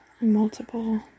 multiple